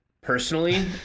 personally